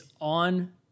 on